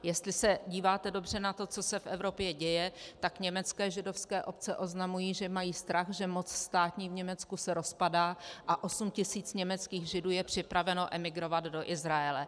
Jestli se díváte dobře na to, co se v Evropě děje, tak německé židovské obce oznamují, že mají strach, že státní moc v Německu se rozpadá, a 8 tisíc německých Židů je připraveno emigrovat do Izraele.